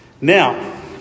Now